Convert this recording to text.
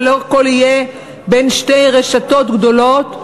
ולא הכול יהיה בין שתי רשתות גדולות,